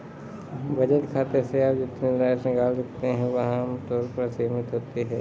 बचत खाते से आप जितनी राशि निकाल सकते हैं वह आम तौर पर असीमित होती है